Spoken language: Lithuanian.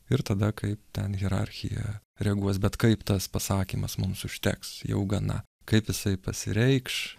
ir tada kaip ten hierarchija reaguos bet kaip tas pasakymas mums užteks jau gana kaip jisai pasireikš